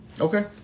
Okay